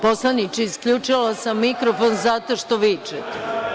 Poslaniče, isključila sam vam mikrofon zato što vičete.